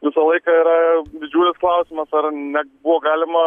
visą laiką yra didžiulis klausimas ar nebuvo galima